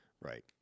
Right